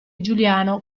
giuliano